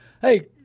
Hey